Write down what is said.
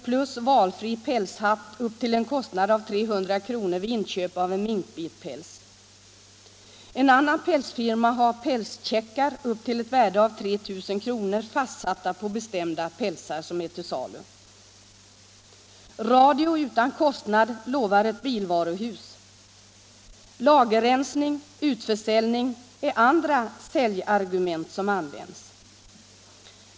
plus valfri pälshatt upp till en kostnad av 300 kr. vid inköp av en minkbitpäls. En annan pälsfirma har pälscheckar upp till ett värde av 3 000 kr. fastsatta på bestämda pälsar som är till salu. Radio utan kostnad, lovar ett bilvaruhus. Lagerrensning, utförsäljning är andra säljargument.